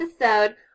episode